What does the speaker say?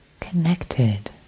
connected